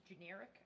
generic